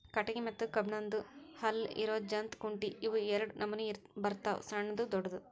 ಕಟಗಿ ಮತ್ತ ಕಬ್ಬನ್ದ್ ಹಲ್ಲ ಇರು ಜಂತ್ ಕುಂಟಿ ಇವ ಎರಡ ನಮೋನಿ ಬರ್ತಾವ ಸಣ್ಣು ದೊಡ್ಡು